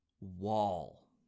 Wall